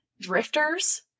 drifters